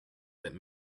that